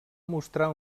mostrar